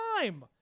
time